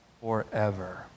forever